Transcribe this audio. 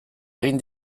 egin